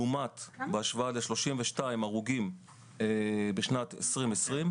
לעומת 32 הרוגים בשנת 2020,